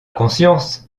conscience